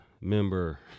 member